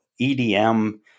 EDM